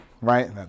Right